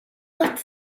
утас